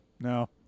No